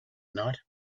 night